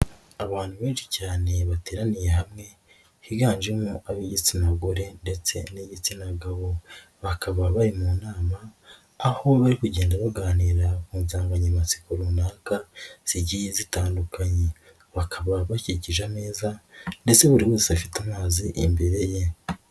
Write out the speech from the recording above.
Abantu benshi cyane bateraniye hamwe higanjemo ab'igitsina gore ndetse n'igitsina gabo, bakaba bari mu nama aho bari kugenda baganira ku nsanganyamatsiko runaka zigiye zitandukanye, bakaba bakikije ameza ndetse buri wese afite amazi imbere ye.